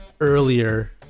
earlier